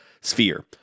sphere